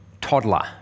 toddler